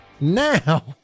Now